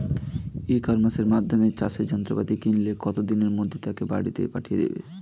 ই কমার্সের মাধ্যমে চাষের যন্ত্রপাতি কিনলে কত দিনের মধ্যে তাকে বাড়ীতে পাঠিয়ে দেবে?